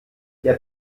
der